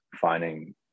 finding